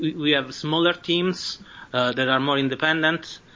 we have smaller teams that are more independent.